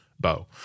bow